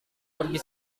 pergi